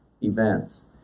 events